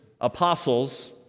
apostles